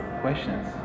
questions